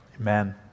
Amen